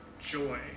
joy